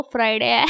Friday